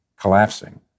collapsing